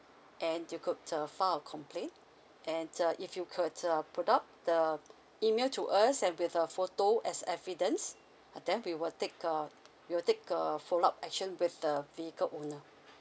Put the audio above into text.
and you could uh file a complain and uh if you could uh put up the email to us and with a photo as evidence ah then we will take err we will take err follow up action with the vehicle owner